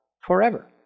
forever